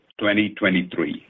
2023